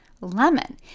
lemon